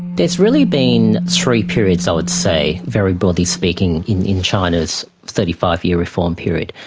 there has really been three periods i would say, very broadly speaking, in in china's thirty five year reform period.